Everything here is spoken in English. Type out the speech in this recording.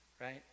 right